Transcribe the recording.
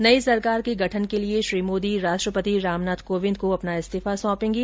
नई सरकार के गठन के लिये श्री मोदी राष्ट्रपति रामनाथ कोविंद को अपना इस्तीफा सौंपेंगे